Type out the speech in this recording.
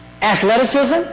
Athleticism